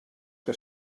que